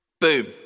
Boom